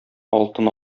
алтын